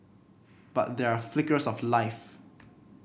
but there are flickers of life